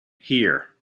here